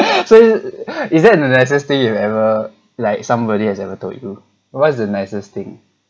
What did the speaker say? so you is that the nicest thing you ever like somebody has ever told you what's the nicest thing